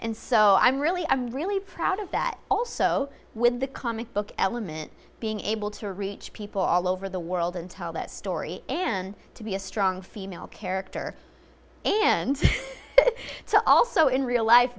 and so i'm really i'm really proud of that also with the comic book element being able to reach people all over the world and tell that story and to be a strong female character and so also in real life